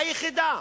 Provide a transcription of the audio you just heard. היחידה,